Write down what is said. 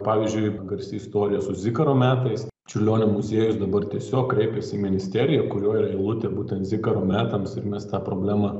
pavyzdžiui garsi istorija su zikaro metais čiurlionio muziejus dabar tiesiog kreipėsi į ministeriją kurioj eilutė būtent zikaro metams ir mes tą problemą